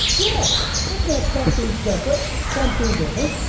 yes, it's not something separate something different,